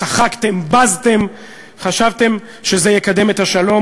צחקתם, בזתם, חשבתם שזה יקדם את השלום.